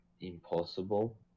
impossible